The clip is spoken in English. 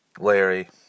Larry